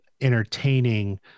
entertaining